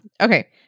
okay